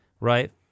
right